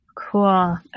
Cool